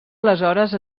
aleshores